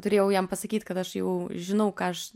turėjau jam pasakyt kad aš jau žinau ką aš